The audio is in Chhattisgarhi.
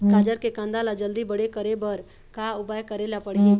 गाजर के कांदा ला जल्दी बड़े करे बर का उपाय करेला पढ़िही?